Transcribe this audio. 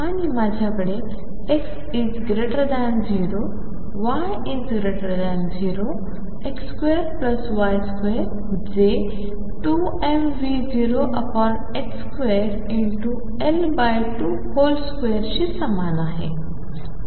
आणि माझ्याकडे X0 Y0 X2Y2जे 2mV02L22शी समान आहे